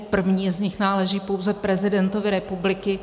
První z nich náleží pouze prezidentovi republiky.